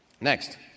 Next